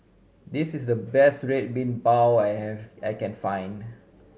this is the best Red Bean Bao I have I can find